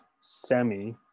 semi